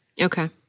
Okay